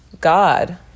God